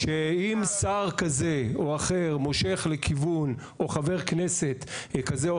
שאם שר כזה או אחר או חבר כנסת כזה או